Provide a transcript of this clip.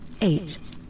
eight